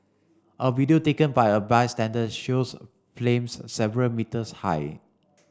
a video taken by a bystander shows flames several metres high